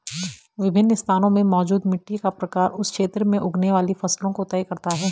विभिन्न स्थानों में मौजूद मिट्टी का प्रकार उस क्षेत्र में उगने वाली फसलों को तय करता है